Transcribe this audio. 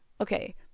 okay